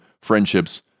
friendships